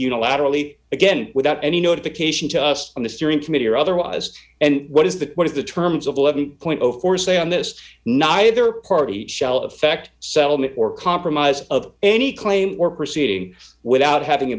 unilaterally again without any notification to us on the steering committee or otherwise and what is the what is the terms of eleven point zero four say on this neither party shall affect settlement or compromise of any claim or proceeding without having